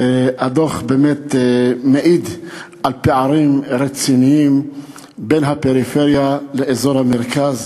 הדוח באמת מעיד על פערים רציניים בין הפריפריה לאזור המרכז,